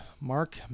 Mark